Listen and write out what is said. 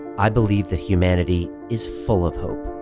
i believe that humanity is full of hope